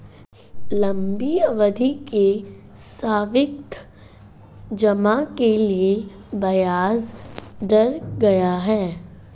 लंबी अवधि के सावधि जमा के लिए ब्याज दर क्या है?